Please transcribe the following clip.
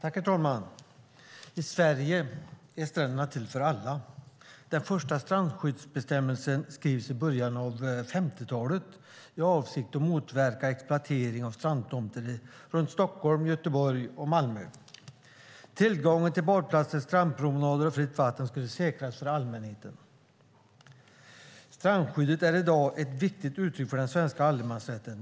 Herr talman! I Sverige är stränderna till för alla. Den första strandskyddsbestämmelsen skrevs i början av 50-talet i avsikt att motverka exploatering av strandtomter runt Stockholm, Göteborg och Malmö. Tillgången till badplatser, strandpromenader och fritt vatten skulle säkras för allmänheten. Strandskyddet är i dag ett viktigt uttryck för den svenska allemansrätten.